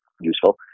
useful